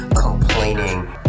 complaining